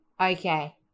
Okay